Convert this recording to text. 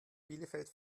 bielefeld